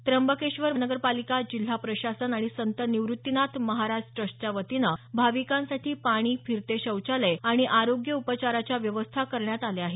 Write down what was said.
त्यंबकेश्वर नगरपालिका जिल्हा प्रशासन आणि संत निवृत्तीनाथ महाराज ट्रस्टच्या वतीनं भाविकांसाठी पाणी फिरते शौचालय आणि आरोग्य उपचाराच्या व्यवस्था करण्यात आल्या आहेत